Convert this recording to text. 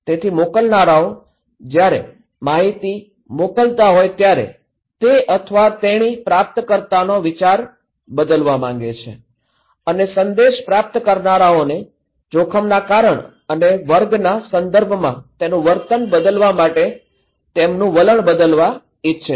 તેથી મોકલનારાઓ જ્યારે માહિતી મોકલતા હોય ત્યારે તે અથવા તેણી પ્રપ્તકર્તાનો વિચાર બદલવા માંગે છે અને સંદેશ પ્રાપ્ત કરનારાઓને જોખમના કારણ અને વર્ગના સંદર્ભમાં તેમનું વર્તન બદલવા માટે તેમનું વલણ બદલવા ઇચ્છે છે